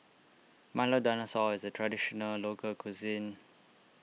Milo Dinosaur is a Traditional Local Cuisine